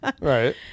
Right